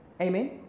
Amen